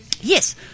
Yes